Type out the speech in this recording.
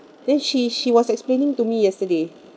then she she was explaining to me yesterday